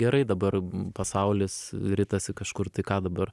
gerai dabar pasaulis ritasi kažkur tai ką dabar